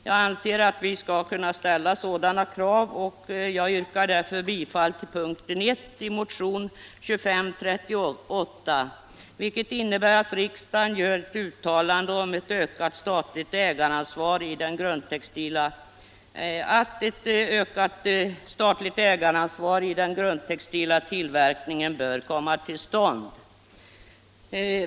Jag anser att vi skall ställa sådana krav, och jag yrkar därför bifall till punkten I i motionen 2538, vari hemställs att riksdagen gör ett uttalande om att ökat statligt ägaransvar i den grundtextila tillverkningen bör komma till stånd.